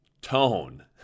tone